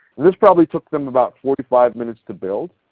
this probably took them about forty five minutes to build.